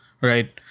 right